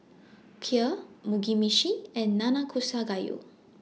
Kheer Mugi Meshi and Nanakusa Gayu